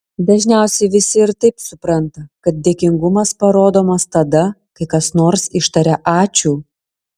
dažniausiai visi ir taip supranta kad dėkingumas parodomas tada kai kas nors ištaria ačiū